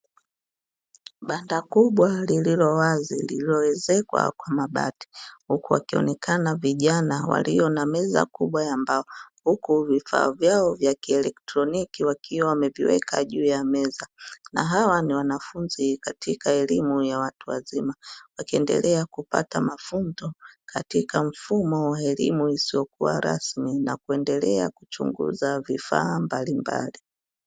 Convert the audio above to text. Banda kubwa lililo wazi lililoezekwa kwa mabati huku wakionekana vijana walio na meza kubwa ya mbao huko vifaa vyao vya kielektroniki, wakiwa wameviweka juu ya meza na hawa ni wanafunzi katika elimu ya watu wazima wakiendelea kupata mafunzo katika mfumo wa elimu isiyokuwa rasmi na kuendelea kuchunguza vifaa mbalimbali.